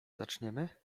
zaczniemy